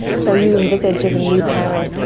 so you envisage as a new parent,